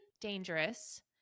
dangerous